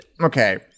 Okay